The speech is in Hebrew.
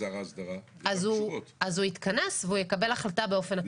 שלהם לתוקף אז הוא יתכנס והוא יקבל החלטה באופן אקטיבי.